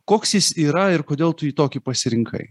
koks jis yra ir kodėl tu jį tokį pasirinkai